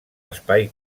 espai